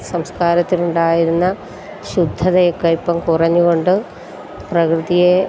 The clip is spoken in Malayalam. സംസ്കാരത്തിലുണ്ടായിരുന്ന ശുദ്ധതയൊക്കെ ഇപ്പം കുറഞ്ഞുകൊകൊണ്ട് പ്രകൃതിയെ